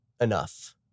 enough